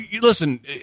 listen